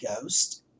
Ghost